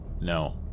No